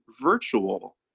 virtual